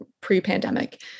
pre-pandemic